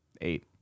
Eight